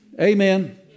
Amen